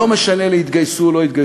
לא משנה לי יתגייסו או לא יתגייסו,